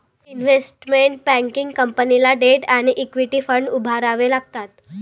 investment banking कंपनीला debt आणि equity fund उभारावे लागतात